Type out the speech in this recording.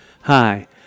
Hi